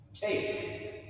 Take